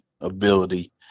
ability